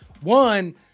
One